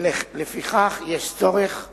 לפיכך יש צורך חיוני,